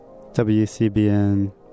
WCBN